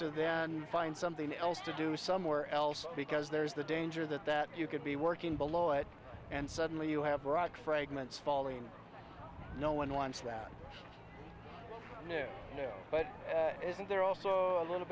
to then find something else to do somewhere else because there's the danger that that you could be working below it and suddenly you have rock fragments falling no one wants that know but isn't there also a little